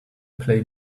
play